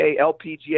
LPGA